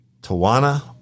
Tawana